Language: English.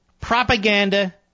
propaganda